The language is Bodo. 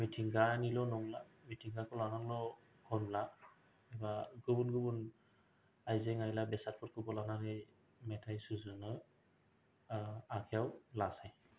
मिथिंगा निल'नंला मिथिंगाखौ लानानैल' खनला बा गुबुन गुबुन आइजें आयला बेसादफोरखौबो लानानै मेथाय सुजुनो आखायाव लासै